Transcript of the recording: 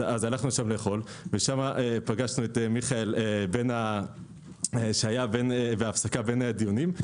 שם פגשנו את מיכאל שהיה בהפסקה בין דיונים.